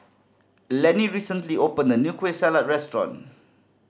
Lanny recently opened a new Kueh Salat restaurant